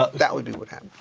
ah that would be what